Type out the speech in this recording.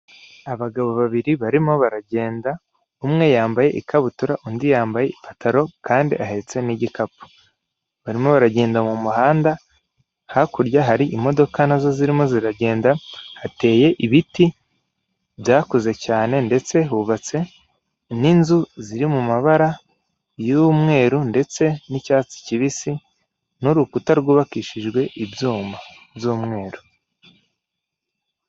Abagabo babiri barimo baragenda umwe yambaye ikabutura undi yambaye ipantaro kandi ahetse n'igikapu, barimo baragenda mu muhanda hakurya hari imodoka nazo zirimo ziragenda hateye ibiti byakuze cyane ndetse hubatswe n'inzu ziri mu mabara y'umweru ndetse n'icyatsi kibisi n'urukuta rwubakishijwe ibyuma by'umweru.